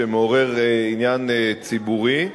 שמעורר עניין ציבורי,